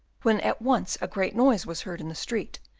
when at once a great noise was heard in the street,